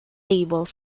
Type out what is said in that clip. table